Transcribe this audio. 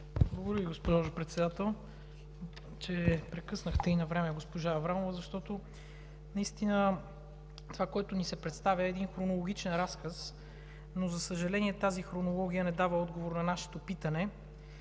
Благодаря Ви, госпожо Председател, че прекъснахте навреме госпожа Аврамова, защото това, което ни се представя, е един хронологичен разказ, но, за съжаление, тази хронология не дава отговор на нашето питане.